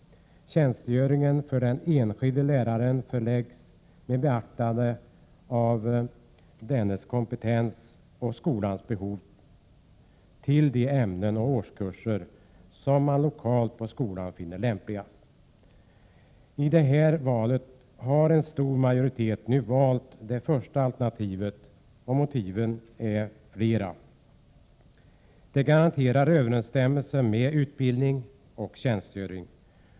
Tjänstgöringen för den enskilde läraren förläggs med beaktande av vederbörandes kompetens och skolans behov till de ämnen och årskurser som man lokalt på skolan finner lämpligast. I det här valet har en stor majoritet förespråkat det första alternativet, och motiven är flera: e Det garanterar överensstämmelse med utbildning och tjänstgöring.